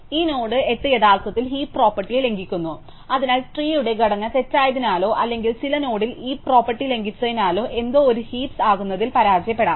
ഈ നോഡ് 8 യഥാർത്ഥത്തിൽ ഹീപ്പ് പ്രോപ്പർട്ടിയെ ലംഘിക്കുന്നു അതിനാൽ ട്രീയുടെ ഘടന തെറ്റായതിനാലോ അല്ലെങ്കിൽ ചില നോഡിൽ ഹീപ്പ് പ്രോപ്പർട്ടി ലംഘിച്ചതിനാലോ എന്തോ ഒരു ഹീപ്സ് ആകുന്നതിൽ പരാജയപ്പെടാം